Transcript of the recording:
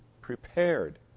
prepared